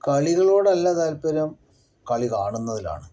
കളികളോട് അല്ല താല്പര്യം കളി കാണുന്നതിലാണ്